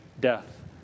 death